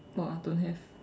!wah! don't have